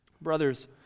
Brothers